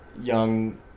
young